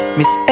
Miss